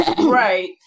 right